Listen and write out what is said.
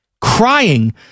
crying